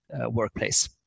workplace